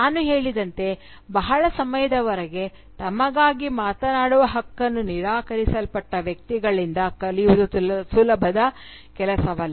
ನಾನು ಹೇಳಿದಂತೆ ಬಹಳ ಸಮಯದವರೆಗೆ ತಮಗಾಗಿ ಮಾತನಾಡುವ ಹಕ್ಕನ್ನು ನಿರಾಕರಿಸಲ್ಪಟ್ಟ ವ್ಯಕ್ತಿಗಳಿಂದ ಕಲಿಯುವುದು ಸುಲಭದ ಕೆಲಸವಲ್ಲ